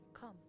come